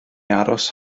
aros